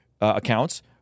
accounts